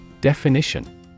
Definition